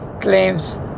claims